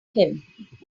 him